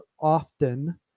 often